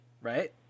Right